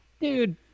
dude